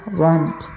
want